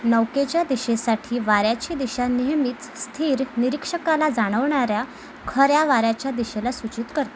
नौकेच्या दिशेसाठी वाऱ्याची दिशा नेहमीच स्थिर निरीक्षकाला जाणवणाऱ्या खऱ्या वाऱ्याच्या दिशेला सूचित करते